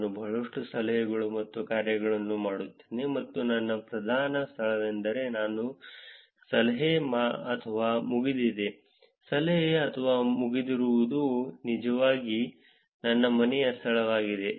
ನಾನು ಬಹಳಷ್ಟು ಸಲಹೆಗಳು ಮತ್ತು ಕಾರ್ಯಗಳನ್ನು ಮಾಡುತ್ತೇನೆ ಆದರೆ ನನ್ನ ಪ್ರಧಾನ ಸ್ಥಳವೆಂದರೆ ನಾನು ಸಲಹೆ ಅಥವಾ ಮುಗಿದಿದೆ ಸಲಹೆ ಅಥವಾ ಮುಗಿದಿರುವುದು ನಿಜವಾಗಿ ನನ್ನ ಮನೆಯ ಸ್ಥಳವಾಗಿದೆ